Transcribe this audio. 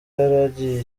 yaragiye